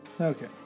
Okay